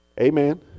Amen